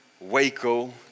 Waco